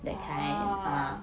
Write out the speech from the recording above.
oh